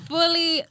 Fully